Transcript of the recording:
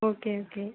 okay okay